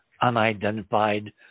unidentified